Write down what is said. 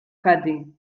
cathy